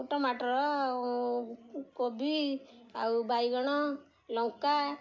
ଟମାଟର୍ ଆଉ କୋବି ଆଉ ବାଇଗଣ ଲଙ୍କା